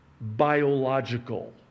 biological